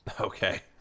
Okay